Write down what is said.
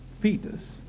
fetus